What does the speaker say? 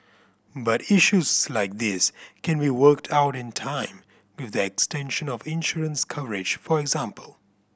but issues like these can be worked out in time with the extension of insurance coverage for example